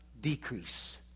decrease